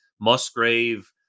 Musgrave